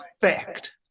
fact